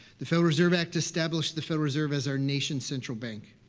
the federal reserve act established the federal reserve as our nation's central bank.